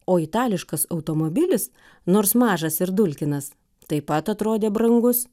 o itališkas automobilis nors mažas ir dulkinas taip pat atrodė brangus